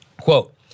Quote